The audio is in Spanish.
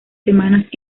semanas